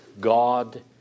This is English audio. God